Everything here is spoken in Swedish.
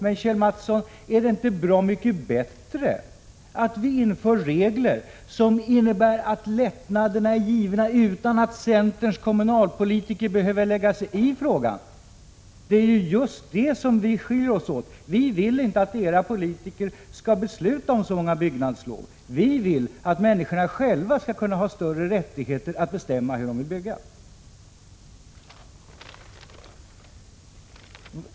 Men, Kjell Mattsson, är det inte bra mycket bättre att vi inför regler som innebär att lättnaderna är givna utan att centerns kommunalpolitiker behöver lägga sig i frågan? Det är just här vi skiljer oss åt. Vi vill inte att era politiker skall besluta om sådana bygglov, vi vill att människorna själva skall ha större rättigheter att bestämma hur de vill bygga.